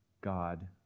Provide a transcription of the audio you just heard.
God